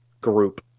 group